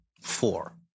Four